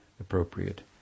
appropriate